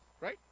right